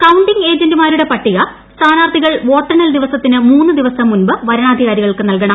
counting ഏജന്റുമാരുടെ പട്ടിക് സ്ഥാനാർഥികൾ വോട്ടെണ്ണൽ ദിവസത്തിന് മൂന്നുദിവസം മുമ്പ് വരണാധികാരികൾക്ക് നൽകണം